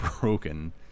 Broken